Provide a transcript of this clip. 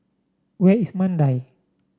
where is Mandai